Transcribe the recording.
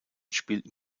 spielten